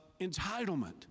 entitlement